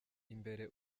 imbere